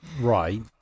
Right